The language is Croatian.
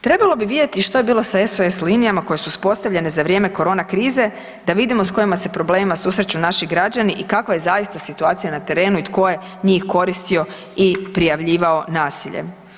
Trebalo bi vidjeti što je bilo sa SOS linijama koje su uspostavljene za vrijeme korona krize da vidimo s kojim se problemima susreću naši građani i kakva je zaista situacija na terenu i tko je njih koristio i prijavljivao nasilje.